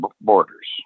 borders